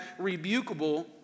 rebukable